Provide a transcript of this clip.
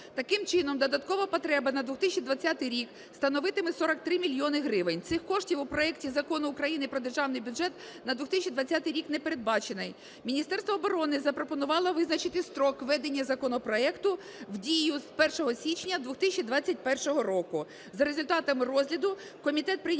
Таким чином, додаткова потреба на 2020 рік становитиме 43 мільйони гривень. Цих коштів у проекті Закону України про Державний бюджет на 2020 рік не передбачено. Міністерство оборони запропонувало визначити строк введення законопроекту в дію з 1 січня 2021 року. За результатами розгляду комітет прийняв